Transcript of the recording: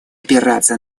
опираться